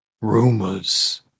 Rumors